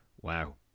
Wow